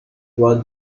watt